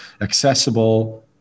accessible